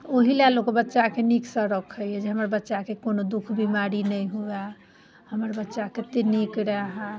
ओही लेल लोक बच्चाकेँ नीकसँ रखैए जे हमर बच्चाके कोनो दुःख बीमारी नहि हुए हमर बच्चा कतेक नीक रहय